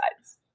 sides